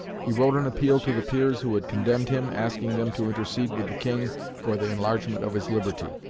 he wrote an appeal to the peers who had condemned him, asking them to intercede with the king for the enlargement of his liberty.